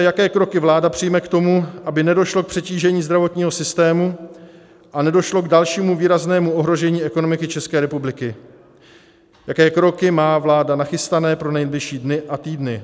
Jaké kroky vláda přijme k tomu, aby nedošlo k přetížení zdravotního systému a nedošlo k dalšímu výraznému ohrožení ekonomiky České republiky, jaké kroky má vláda nachystané pro nejbližší dny a týdny?